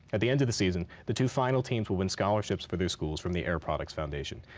at the end of the season, the two final teams will win scholarships for their schools from the air products foundation.